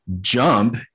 jump